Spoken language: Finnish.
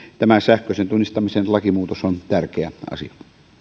tämä sähköisen tunnistamisen lakimuutos on tärkeä asia